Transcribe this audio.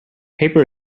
paper